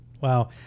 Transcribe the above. Wow